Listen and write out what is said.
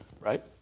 right